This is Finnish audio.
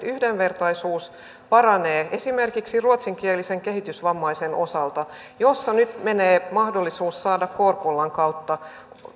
yhdenvertaisuus paranee esimerkiksi ruotsinkielisen kehitysvammaisen osalta kun nyt menee mahdollisuus saada kårkullan kautta